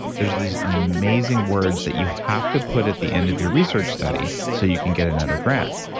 there's these amazing words that you have to put at the end of your research study, so you can get another grant.